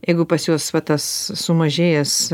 jeigu pas juos va tas sumažėjęs